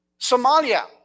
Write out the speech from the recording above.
Somalia